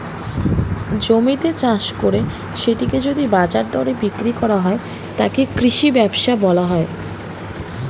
জমিতে চাষ করে সেটিকে যদি বাজার দরে বিক্রি করা হয়, তাকে কৃষি ব্যবসা বলা হয়